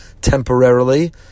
temporarily